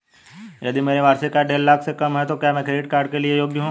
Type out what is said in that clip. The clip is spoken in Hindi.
यदि मेरी वार्षिक आय देढ़ लाख से कम है तो क्या मैं क्रेडिट कार्ड के लिए योग्य हूँ?